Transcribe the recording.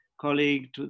colleague